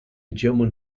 german